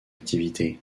activité